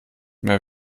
mir